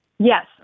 Yes